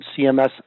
CMS